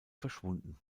verschwunden